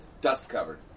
dust-covered